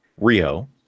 Rio